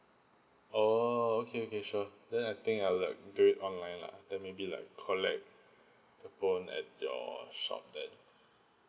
oh okay okay sure then I think I will like do it online lah then maybe like collect the phone at your shop then